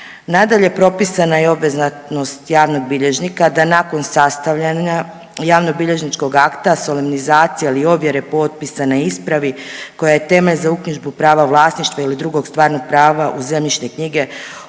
Nadalje, propisana je obvezatnost javnog bilježnika da nakon sastavljanja javnobilježničkog akta solemizacije ili ovjere potpisa na ispravi koja je tema za uknjižbu prava vlasništva ili drugog stvarnog prava u zemljišne knjige